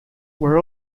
were